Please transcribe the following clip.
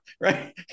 right